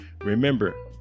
Remember